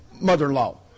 mother-in-law